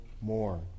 more